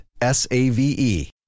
S-A-V-E